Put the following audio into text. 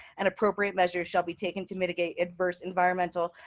and appropriate measures shall be taken to mitigate adverse environmental,